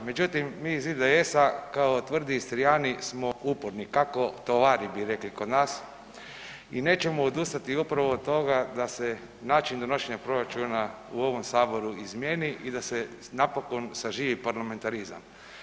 Međutim, mi iz IDS kao tvrdi Istrijani smo uporni, kako tovari bi rekli kod nas i nećemo odustati upravo od toga da se način donošenja proračuna u ovom saboru izmijeni i da se napokon saživi parlamentarizam.